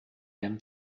them